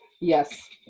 Yes